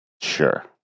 Sure